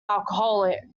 alcoholic